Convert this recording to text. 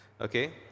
okay